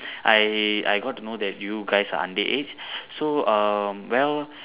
I I got to know that you guys are underage so um well